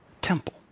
Temple